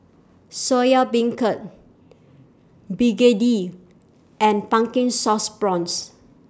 Soya Beancurd Begedil and Pumpkin Sauce Prawns